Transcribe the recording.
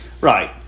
Right